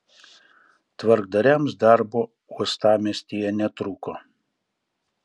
tvarkdariams darbo uostamiestyje netrūko